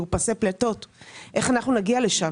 מאופסי פלטות - איך אנחנו נגיע לשם?